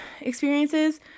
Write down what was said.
experiences